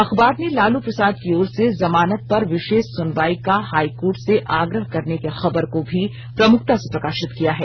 अखबार ने लालू प्रसाद की ओर से जमानत पर विशेष सुनवाई का हाईकोर्ट से आग्रह करने की खबर को भी प्रमुखता से प्रकाशित किया है